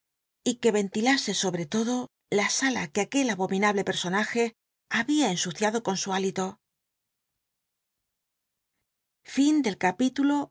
y c uc ventilase sobre lodo la sala que aquel abominable personaje había ensuciado con su hito